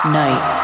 night